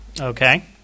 Okay